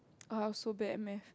I was so bad at maths